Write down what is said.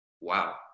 wow